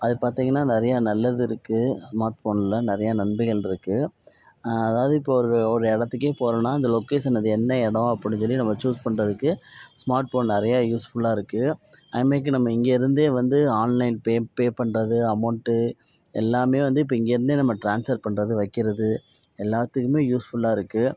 அது பார்த்திங்கனா நிறைய நல்லது இருக்குது ஸ்மார்ட் ஃபோன்ல நிறைய நன்மைகள் இருக்குது அதாவது இப்போ ஒரு இடத்துக்கே போறோம்னா அந்த லொக்கேஷன் அது எந்த இடம் அப்படினு சொல்லி நம்ம சூஸ் பண்ணுறதுக்கு ஸ்மார்ட் ஃபோன் நிறைய யூஸ்ஃபுலாக இருக்குது அதுமாதிரிக்கி நம்ம இங்கே இருந்தே ஆன்லைன்ல பே பே பண்ணுறது அமௌண்ட் எல்லாமே வந்து இப்போ இங்கயிருந்தே நம்ம ட்ரான்ஸ்பர் பண்ணுறது வைக்கிறது எல்லாத்துக்குமே யூஸ்ஃபுலாக இருக்குது